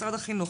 משרד החינוך,